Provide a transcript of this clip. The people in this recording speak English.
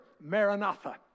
Maranatha